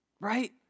Right